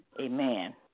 Amen